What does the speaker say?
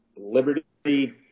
liberty